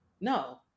No